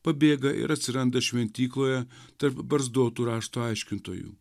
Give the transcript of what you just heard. pabėga ir atsiranda šventykloje tarp barzdotų rašto aiškintojų